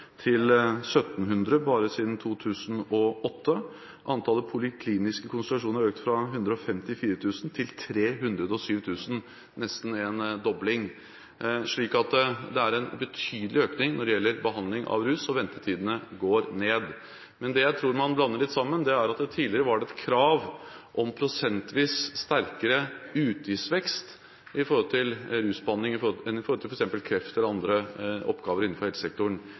til 1 700 bare siden 2008. Antallet polikliniske konsultasjoner har økt fra 154 000 til 307 000 – nesten en dobling. Så det er en betydelig økning når det gjelder behandling av rus, og ventetidene går ned. Men det jeg tror man blander litt sammen, er at det tidligere var et krav om prosentvis sterkere utgiftsvekst i forhold til rusbehandling enn i forhold til f.eks. kreft eller andre oppgaver innenfor helsesektoren.